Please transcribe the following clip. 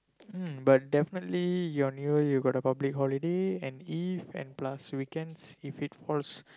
mm but definitely your New Year you got the public holiday and eve and plus weekends if it falls